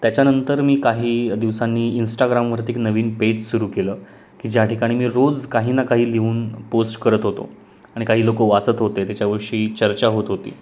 त्याच्यानंतर मी काही दिवसांनी इंस्टाग्रामवरती एक नवीन पेज सुरू केलं की ज्या ठिकाणी मी रोज काही ना काही लिहून पोस्ट करत होतो आणि काही लोक वाचत होते त्याच्याविषयी चर्चा होत होती